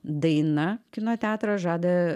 daina kino teatrą žada